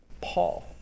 Paul